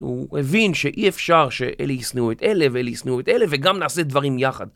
הוא הבין שאי אפשר שאלה ישנאו את אלה ואלה ישנאו את אלה וגם נעשה דברים יחד.